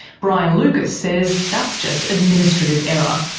brian lucas says that's just administrative error.